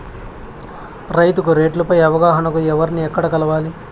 రైతుకు రేట్లు పై అవగాహనకు ఎవర్ని ఎక్కడ కలవాలి?